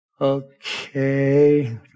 Okay